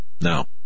Now